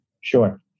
Sure